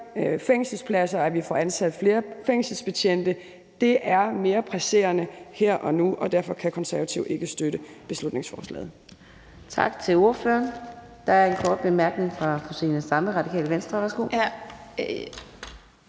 fængselspladser, og at vi får ansat flere fængselsbetjente. Det er mere presserende her og nu, og derfor kan Konservative ikke støtte beslutningsforslaget.